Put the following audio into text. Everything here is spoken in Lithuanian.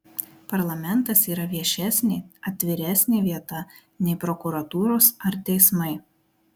parlamentas yra viešesnė atviresnė vieta nei prokuratūros ar teismai